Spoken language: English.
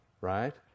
right